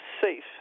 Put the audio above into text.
safe